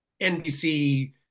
NBC